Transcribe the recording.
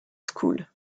school